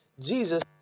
Jesus